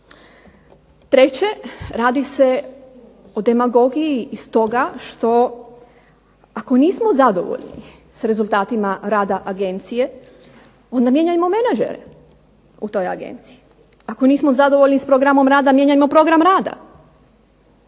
Treće, radi se o demagogiji i stoga što, ako nismo zadovoljni s rezultatima rada agencije, onda mijenjajmo menadžere u toj agenciji. Ako nismo zadovoljni s programom rada mijenjajmo program rada.